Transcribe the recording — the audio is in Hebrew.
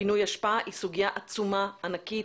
פינוי אשפה היא סוגיה עצומה, ענקית.